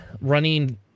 running